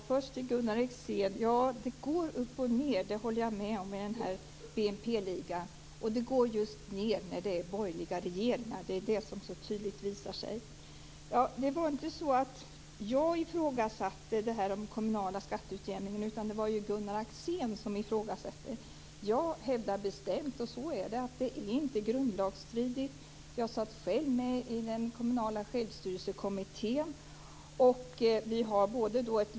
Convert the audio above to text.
Fru talman! Jag håller med Gunnar Axén om att det går upp och ned i OECD:s välfärdsliga. Och det går just ned när det är borgerliga regeringar. Det är det som så tydligt visar sig. Jag ifrågasatte inte den kommunala skatteutjämningen, utan det var Gunnar Axén som ifrågasatte den. Jag hävdar bestämt att den inte är grundlagsstridig. Jag satt själv med i den kommunala självstyrelsekommittén.